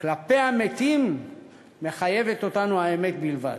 כלפי המתים מחייבת אותנו האמת בלבד".